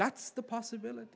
that's the possibility